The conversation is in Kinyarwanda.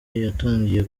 yatangiye